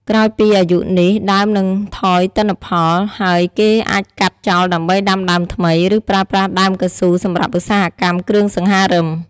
ក្រោយពីអាយុនេះ ដើមនឹងថយទិន្នផល ហើយគេអាចកាប់ចោលដើម្បីដាំដើមថ្មី ឬប្រើប្រាស់ដើមកៅស៊ូសម្រាប់ឧស្សាហកម្មគ្រឿងសង្ហារឹម។